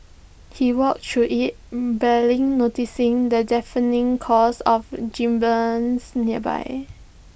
he walks through IT barely noticing the deafening calls of gibbons nearby